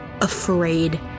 afraid